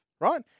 right